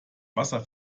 wasser